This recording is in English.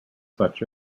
such